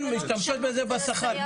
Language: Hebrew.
כן ומשתמשות בזה לשכר.